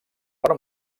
per